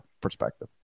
perspective